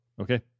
okay